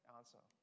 answer